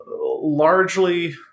largely